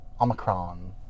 Omicron